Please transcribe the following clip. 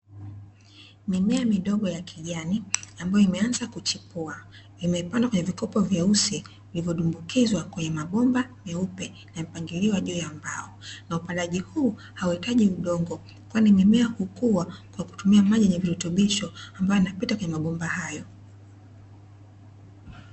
Mimea midogo ya kijani ,ambayo imeanza kuchipua, imepandwa kwenye vikopo vyeusi vilivyodumbukizwa kwenye mabomba meupe yaliyopangiliwa juu ya mbao na upandaji huu hauhitaji udongo, kwani mimea hukua kwa kutmia maji yenye virutubisho ambayo yanapita kwenye mabomba hayo.